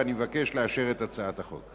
ואני מבקש לאשר את הצעת החוק.